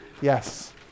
Yes